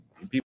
people